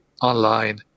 online